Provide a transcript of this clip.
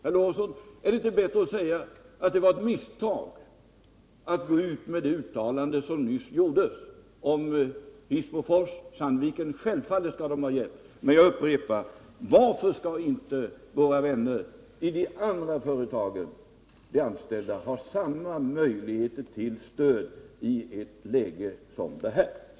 Vore det inte bättre, herr Lorentzon, att säga att uttalandet om fabrikerna i Hissmofors och Sandviken var ett misstag? Självfallet skall dessa ha hjälp. Jag upprepar min fråga: Varför skall inte de anställda vid de andra företagen få samma möjligheter till stöd i ett krisläge?